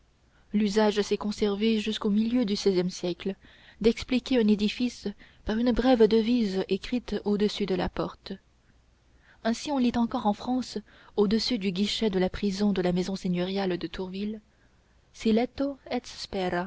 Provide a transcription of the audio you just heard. l'usage s'est conservé jusqu'au milieu du seizième siècle d'expliquer un édifice par une brève devise écrite au-dessus de la porte ainsi on lit encore en france au-dessus du guichet de la prison de la maison seigneuriale de tourville